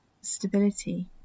Stability